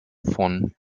von